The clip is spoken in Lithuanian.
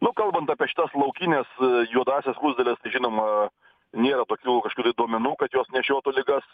nu kalbant apie šitas laukines juodąsias skruzdėles tai žinoma nėra tokių duomenų kad jos nešiotų ligas